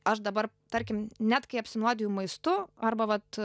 aš dabar tarkim net kai apsinuodiju maistu arba vat